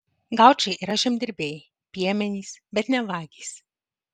gaučai yra žemdirbiai piemenys bet ne vagys